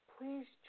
Please